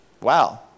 Wow